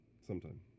Sometime